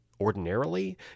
ordinarily